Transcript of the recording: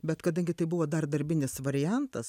bet kadangi tai buvo dar darbinis variantas